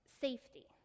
safety